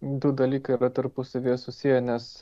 du dalykai yra tarpusavyje susiję nes